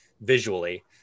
visually